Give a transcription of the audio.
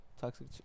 Toxic